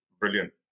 Brilliant